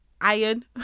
iron